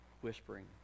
whispering